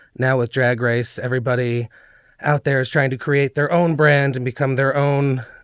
now a drag race, everybody out there is trying to create their own brand and become their own